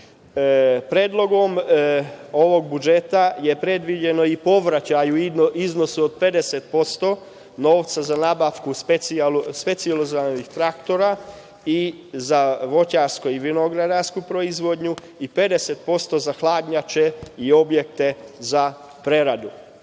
stvar. Predlogom ovog budžeta je predviđen i povraćaj u iznosu od 50% novca za nabavku specijalizovanih traktora, i za voćarsko i vinogradarsku proizvodnju, i 50% za hladnjače i objekte za preradu. Godine